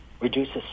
reduces